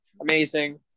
amazing